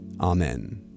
Amen